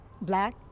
black